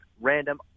random